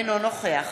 אינו נוכח